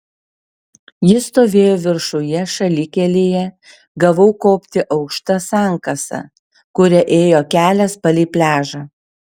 jis stovėjo viršuje šalikelėje gavau kopti aukšta sankasa kuria ėjo kelias palei pliažą